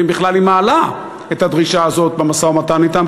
ואם בכלל היא מעלה את הדרישה הזאת במשא-ומתן אתם,